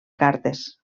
cartes